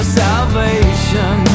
salvation